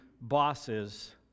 bosses